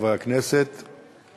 אנחנו נעבור להצעת חוק הגנת הצרכן (תיקון מס' 39),